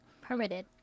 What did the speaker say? Permitted